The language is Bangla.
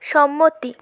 সম্মতি